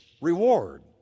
Reward